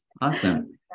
Awesome